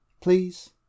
please